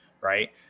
right